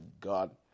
God